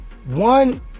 one